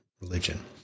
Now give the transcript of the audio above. religion